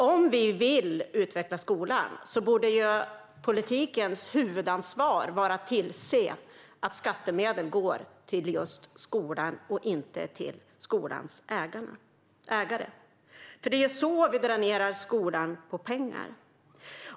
Om vi vill utveckla skolan borde politikens huvudansvar vara att tillse att skattemedel går till just skolan och inte till skolans ägare. Annars dräneras skolan på pengar.